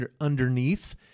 underneath